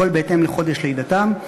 הכול בהתאם לחודש לידתם.